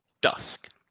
dusk